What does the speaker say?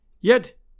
Yet